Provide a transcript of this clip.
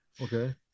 Okay